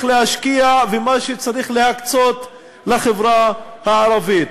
להשקיע ומה שצריך להקצות לחברה הערבית.